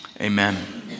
amen